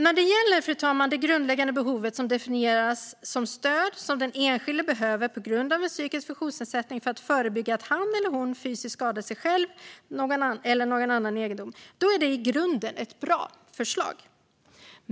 Förslaget om det grundläggande behovet, som definieras som stöd som den enskilde behöver på grund av en psykisk funktionsnedsättning för att förebygga att han eller hon fysiskt skadar sig själv, någon annan eller egendom, är i grunden ett bra förslag.